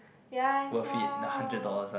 ya I saw